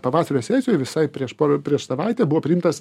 pavasario sesijoj visai prieš pora prieš savaitę buvo priimtas